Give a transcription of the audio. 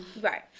Right